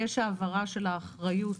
יש העברה של האחריות